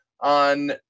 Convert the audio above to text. on